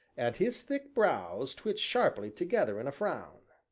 and his thick brows twitched sharply together in a frown.